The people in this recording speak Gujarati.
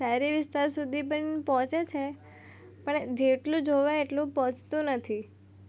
શહેરી વિસ્તાર સુધી પણ પહોંચે છે પણ જેટલું જોવાય એટલું પહોંચતું નથી